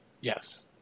Yes